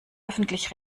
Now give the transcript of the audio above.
öffentlich